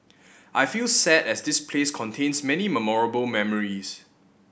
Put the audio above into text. I feel sad as this place contains many memorable memories